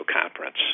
conference